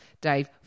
Dave